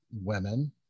women